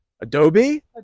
Adobe